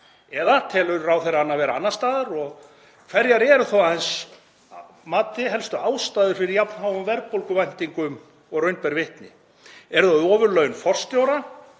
Eða telur ráðherra hana vera annars staðar? Hverjar eru að hans mati helstu ástæðurnar fyrir jafn háum verðbólguvæntingum og raun ber vitni? Eru það ofurlaun forstjóra